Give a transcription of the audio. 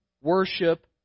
worship